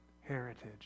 heritage